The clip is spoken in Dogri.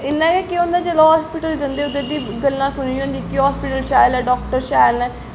इ'यां गै केह् होंदा जि'यां हस्पिटल जंदे उद्धर दियां गल्लां सुनी दियां होंदियां कि हस्पिटल शैल ऐ डाक्टर शैल न